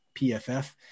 PFF